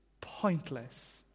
pointless